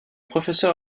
professeur